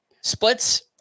Splits